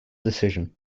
decision